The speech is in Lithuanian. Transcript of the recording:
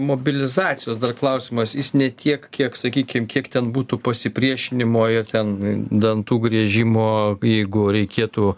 mobilizacijos dar klausimas jis ne tiek kiek sakykim kiek ten būtų pasipriešinimo ir ten dantų griežimo jeigu reikėtų